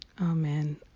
Amen